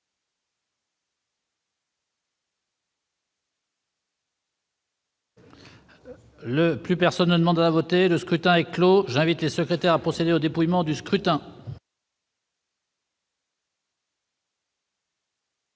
Le scrutin est clos. J'invite Mmes et MM. les secrétaires à procéder au dépouillement du scrutin.